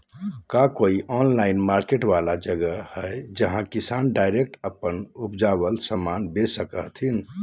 का कोई online market वाला जगह हइ जहां किसान डायरेक्ट अप्पन उपजावल समान बेच सको हथीन?